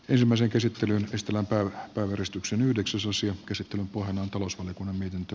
ensimmäisen käsittelyn estellen päivää järistyksen yhdeksi suosio käsittelyn pohjana on talousvaliokunnan mietintö